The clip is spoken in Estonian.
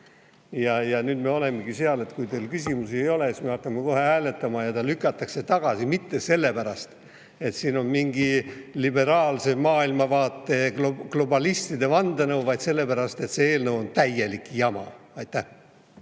Nüüd me olemegi sealmaal, et kui teil küsimusi ei ole, siis me hakkame kohe hääletama ja see lükatakse tagasi – mitte sellepärast, et siin on mingi liberaalse maailmavaate ja globalistide vandenõu, vaid sellepärast, et see eelnõu on täielik jama. Aitäh!